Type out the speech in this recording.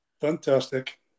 Fantastic